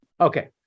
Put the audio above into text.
Okay